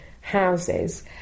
houses